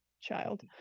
child